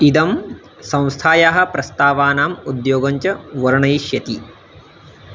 इदं संस्थायाः प्रस्तावानाम् उद्योगं च वर्णयिष्यति